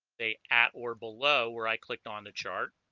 they at or below where i clicked on the chart